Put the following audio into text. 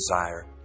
desire